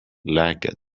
luggage